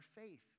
faith